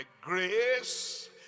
grace